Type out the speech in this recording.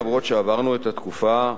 אף שעברנו את התקופה,